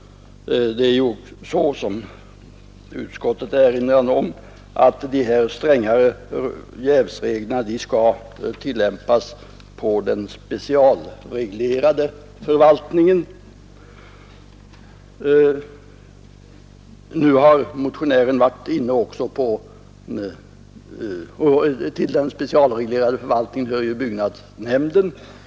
Dessa strängare jävsregler skall — som också utskottet erinrar om — tillämpas på den specialreglerade förvaltningen, och dit hör byggnadsnämnden.